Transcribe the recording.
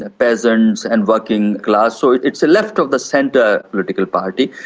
ah peasants and working class, so it's a left of the centre political party.